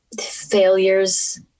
failures